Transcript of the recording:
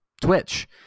Twitch